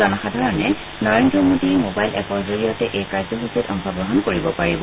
জনসাধাৰণে নৰেন্দ্ৰ মোডী মবাইল এপৰ জৰিয়তে এই কাৰ্যসূচীত অংশগ্ৰহণ কৰিব পাৰিব